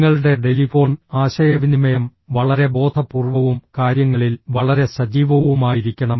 നിങ്ങളുടെ ടെലിഫോൺ ആശയവിനിമയം വളരെ ബോധപൂർവ്വവും കാര്യങ്ങളിൽ വളരെ സജീവവുമായിരിക്കണം